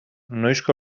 noizko